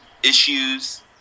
Issues